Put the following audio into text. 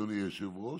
אדוני היושב-ראש,